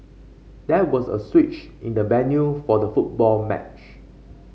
there was a switch in the venue for the football match